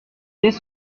dès